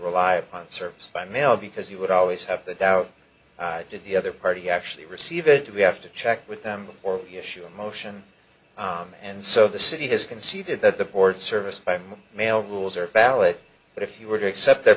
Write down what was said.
rely upon service by mail because you would always have the doubt did the other party actually receive it we have to check with them before you issue a motion and so the city has conceded that the board service by mail rules are valid but if you were to accept the